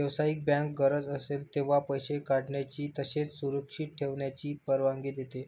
व्यावसायिक बँक गरज असेल तेव्हा पैसे काढण्याची तसेच सुरक्षित ठेवण्याची परवानगी देते